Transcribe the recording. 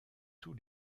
tous